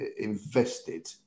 invested